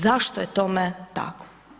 Zašto je tome tako?